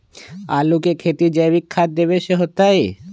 आलु के खेती जैविक खाध देवे से होतई?